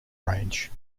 range